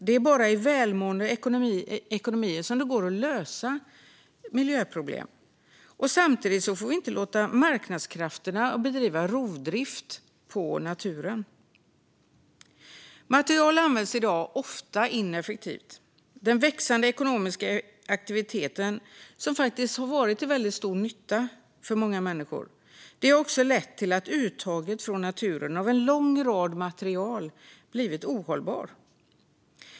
Det är bara i välmående ekonomier som det går att lösa miljöproblem. Samtidigt får vi inte låta marknadskrafterna bedriva rovdrift på naturen. Material används i dag ofta ineffektivt. Den växande ekonomiska aktiviteten, som faktiskt har varit till väldigt stor nytta för många människor, har också lett till att uttaget från naturen av en lång rad material blivit ohållbart.